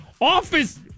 office